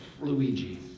Luigi